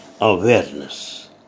awareness